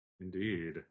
Indeed